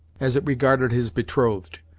as it regarded his betrothed,